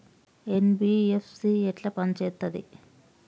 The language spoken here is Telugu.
ఎన్.బి.ఎఫ్.సి ఎట్ల పని చేత్తది?